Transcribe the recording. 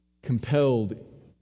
compelled